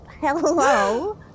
Hello